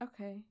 Okay